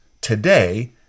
today